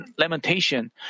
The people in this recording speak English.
lamentation